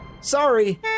Sorry